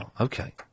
Okay